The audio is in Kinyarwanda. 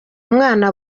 umwana